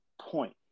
point